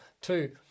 Two